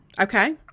Okay